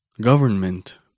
Government